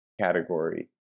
category